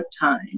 time